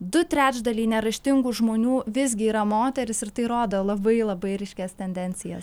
du trečdaliai neraštingų žmonių visgi yra moterys ir tai rodo labai labai ryškias tendencijas